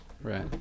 Right